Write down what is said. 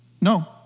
No